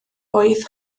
oedd